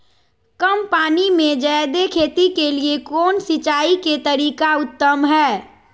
कम पानी में जयादे खेती के लिए कौन सिंचाई के तरीका उत्तम है?